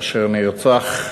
אשר נרצח.